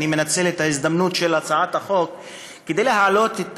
אני מנצל את ההזדמנות של הצעת החוק כדי להעלות את